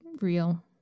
Real